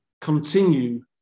continue